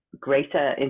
greater